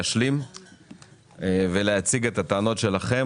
להשלים את הטענות שלכם.